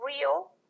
real